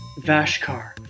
Vashkar